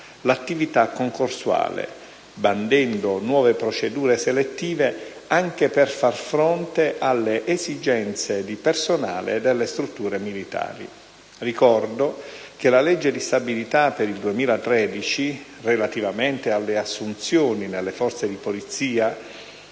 l'attività concorsuale, bandendo nuove procedure selettive anche per far fronte alle esigenze di personale delle strutture militari. Ricordo anche che la legge di stabilità per il 2013, relativamente alle assunzioni nelle Forze di polizia